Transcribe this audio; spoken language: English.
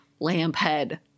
Lamphead